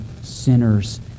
sinners